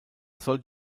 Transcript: soll